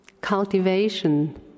cultivation